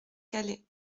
calais